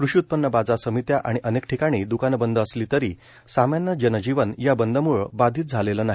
कृषी उत्पन्न बाजार समित्या आणि अनेक ठिकाणी द्वकानं बंद असली तरी सामान्य जनजीवन या बंदम्ळं बाधित झालेलं नाही